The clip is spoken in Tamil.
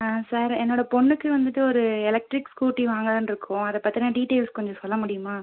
ஆ சார் என்னோடய பொண்ணுக்கு வந்துட்டு ஒரு எலெக்ட்ரிக் ஸ்கூட்டி வாங்கலாம்ன்னு இருக்கோம் அதை பற்றின டீட்டெய்ல்ஸ் கொஞ்சம் சொல்ல முடியுமா